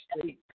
state